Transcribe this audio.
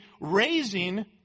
raising